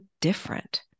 different